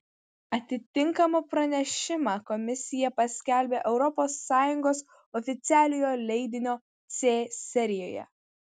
atitinkamą pranešimą komisija paskelbia europos sąjungos oficialiojo leidinio c serijoje